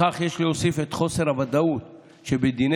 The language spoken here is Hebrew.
לכך יש להוסיף את חוסר הוודאות שבדיני